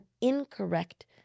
incorrect